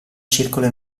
circolo